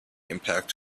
impact